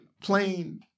plain